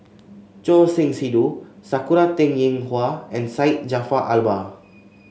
Choor Singh Sidhu Sakura Teng Ying Hua and Syed Jaafar Albar